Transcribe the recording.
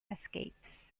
escapes